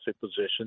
position